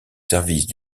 services